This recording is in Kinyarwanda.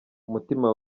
umutima